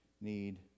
need